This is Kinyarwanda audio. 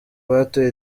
batoye